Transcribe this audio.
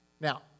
Now